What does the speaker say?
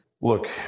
look